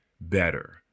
better